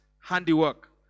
handiwork